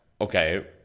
Okay